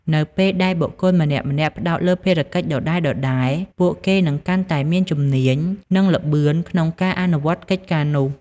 នៅពេលដែលបុគ្គលម្នាក់ៗផ្តោតលើភារកិច្ចដដែលៗ ពួកគេនឹងកាន់តែមានជំនាញ និងល្បឿនក្នុងការអនុវត្តកិច្ចការនោះ។